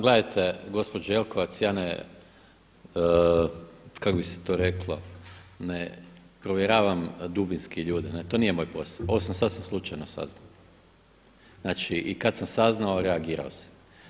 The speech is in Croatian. Gledajte gospođo Jelkovac, ja ne kako bi se to reklo ne provjeravam dubinski ljude, to nije moj posao, ovo sam sasvim slučajno saznao i kada sam saznao reagirao sam.